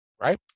right